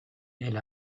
elle